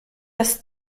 das